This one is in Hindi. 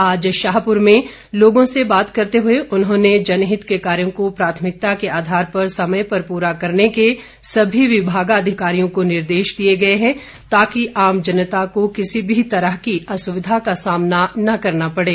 आज शाहपुर में लोगों से बात करते हुए उन्होंने जनहित के कार्यो को प्राथमिकता के आधार पर समय पर पूरा करने के सभी विभागाधिकारियों को निर्देश दिए गए है ताकि आम जनता को किसी भी तरह की असुविधा का सामना न करना पड़े